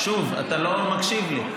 שוב, אתה לא מקשיב לי.